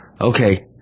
okay